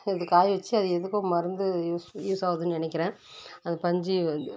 அதுக்கு காய வச்சு அது எதுக்கோ மருந்து யூஸ் யூஸ் ஆகுதுனு நினைக்கிறேன் அந்த பஞ்சு வந்து